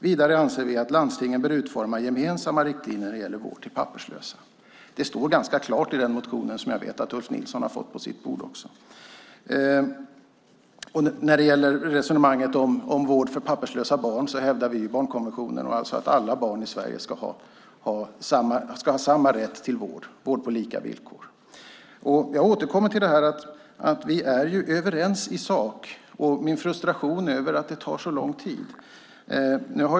Vidare anser vi att landstingen bör utforma gemensamma riktlinjer när det gäller vård till papperslösa. Det sägs ganska klart i den motion som jag vet att också Ulf Nilsson har fått på sitt bord. När det gäller resonemanget om vård till papperslösa barn hävdar vi barnkonventionen, att alla barn i Sverige ska ha samma rätt till vård, ska ha vård på lika villkor. Jag återkommer till att vi i sak är överens och till min frustration över att det tar så lång tid.